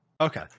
Okay